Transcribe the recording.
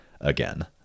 again